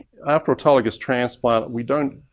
after autologous transplant we don't,